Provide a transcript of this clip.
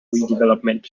redevelopment